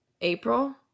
April